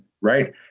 right